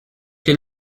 clés